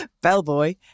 Bellboy